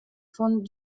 von